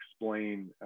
explain